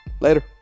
later